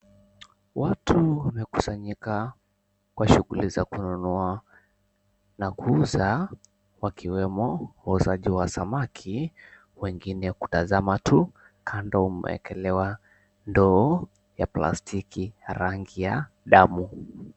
Watu wamekusanyika kwa shughuli za kununua, na kuuza wakiwemo , wauzaji wa samaki, wengine kutazama tu! kando mumeekelewa ndoo ya plastiki ya rangi ya damu.